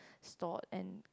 stored and